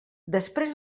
després